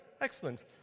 Excellent